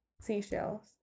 Seashells